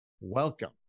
welcome